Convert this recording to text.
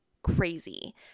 Crazy